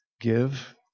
give